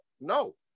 No